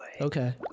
Okay